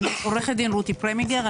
אני עו"ד רותי פרמינגר,